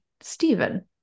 Stephen